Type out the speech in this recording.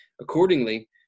accordingly